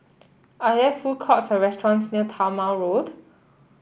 are there food courts or restaurants near Talma Road